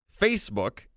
Facebook